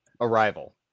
Arrival